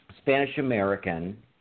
Spanish-American